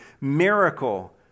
miracle